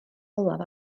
olaf